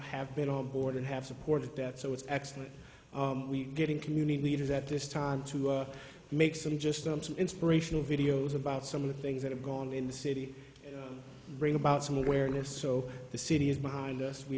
have been on board and have supported that so it's excellent we are getting community leaders at this time to make city just them some inspirational videos about some of the things that have gone on in the city bring about some awareness so the city is behind us we